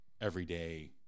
everyday